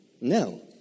No